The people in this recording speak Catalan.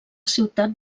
ciutat